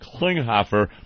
Klinghoffer